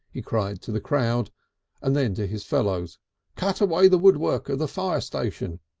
he cried to the crowd and then to his fellows cut away the woodwork of the fire station!